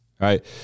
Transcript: right